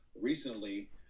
Recently